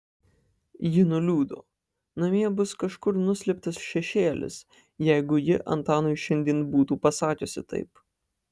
ji nuliūdo namie bus kažkur nuslėptas šešėlis jeigu ji antanui šiandien būtų pasakiusi taip